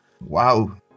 wow